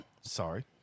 sorry